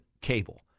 cable